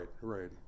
right